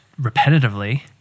repetitively